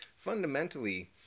fundamentally